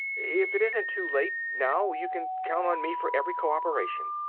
if it isn't too late, now, you can count on me for every co-operation.